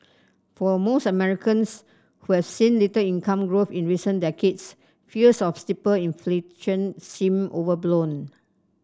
for most Americans who have seen little income growth in recent decades fears of steeper inflation seem overblown